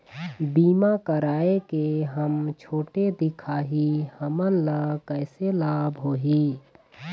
बीमा कराए के हम छोटे दिखाही हमन ला कैसे लाभ होही?